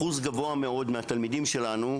אחוז גבוה מאוד מהתלמידים שלנו,